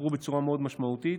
השתפרו בצורה מאוד משמעותית.